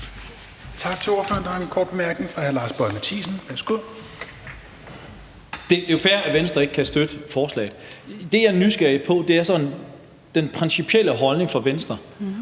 Det er jo fair, at Venstre ikke kan støtte forslaget. Det, jeg er nysgerrig på, er sådan den principielle holdning fra Venstre,